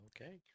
Okay